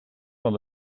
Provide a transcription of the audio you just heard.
van